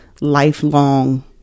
lifelong